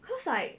cause like